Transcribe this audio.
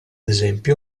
esempio